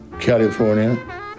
California